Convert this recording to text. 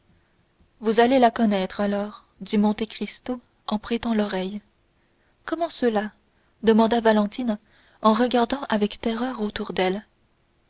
vous allez la connaître alors dit monte cristo en prêtant l'oreille comment cela demanda valentine en regardant avec terreur autour d'elle